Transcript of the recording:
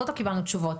עוד לא קיבלנו תשובות.